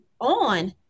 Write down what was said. on